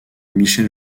michel